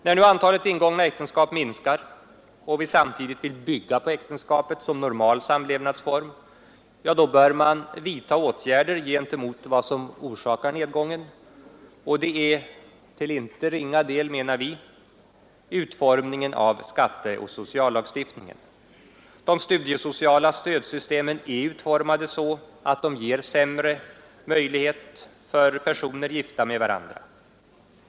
När nu antalet ingångna äktenskap minskar och vi samtidigt vill bygga på äktenskapet som normal samlevnadsform, bör man vidta åtgärder gentemot vad som orsakar nedgången, och det är — till inte ringa del, menar vi — utformningen av skatteoch sociallagstiftningen. De studiesociala stödsystemen är utformade så att de ger sämre möjligheter för personer gifta med varandra.